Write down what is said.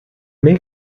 may